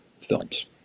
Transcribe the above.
films